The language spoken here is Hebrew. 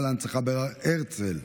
42) (היכל ההנצחה בהר הרצל),